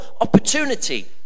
opportunity